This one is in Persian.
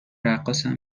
رقاصم